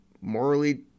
morally